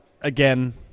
again